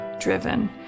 driven